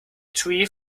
tree